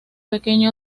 pequeño